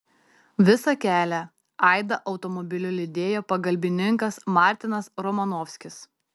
visą kelią aidą automobiliu lydėjo pagalbininkas martinas romanovskis